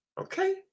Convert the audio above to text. Okay